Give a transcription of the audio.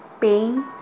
Pain